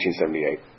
1978